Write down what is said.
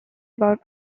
about